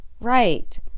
right